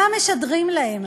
מה משדרים להם?